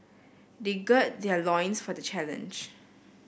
they gird their loins for the challenge